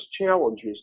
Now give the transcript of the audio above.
challenges